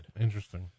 Interesting